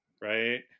Right